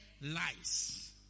lies